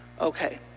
Okay